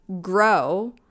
grow